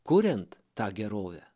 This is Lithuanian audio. kuriant tą gerovę